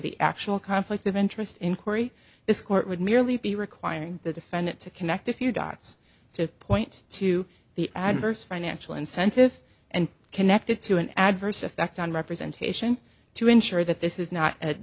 the actual conflict of interest inquiry this court would merely be requiring the defendant to connect a few dots to point to the adverse financial incentive and connected to an adverse effect on representation to ensure that this is not an